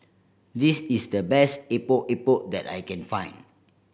this is the best Epok Epok that I can find